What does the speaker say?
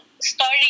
story